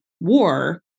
war